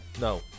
No